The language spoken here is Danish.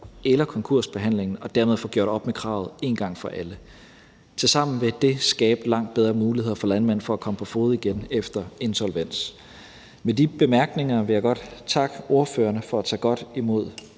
eller konkursbehandlingen og dermed få gjort op med kravet en gang for alle. Tilsammen vil det skabe langt bedre muligheder for landmænd for at komme på fode igen efter insolvens. Med de bemærkninger vil jeg gerne takke ordførerne for at tage godt imod